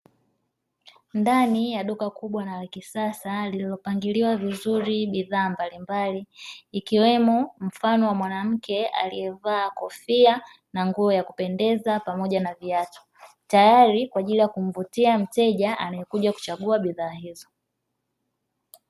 Ndani ya duka kubwa na la kisasa lililopangiliwa vizuri bidhaa mbalimbali ikiwemo mfano wa mwanamke aliyevaa kofia na nguo ya kupendeza pamoja na viatu, tayari kwa ajili ya kumvutia mteja anayekuja kuchagua bidhaa hizo.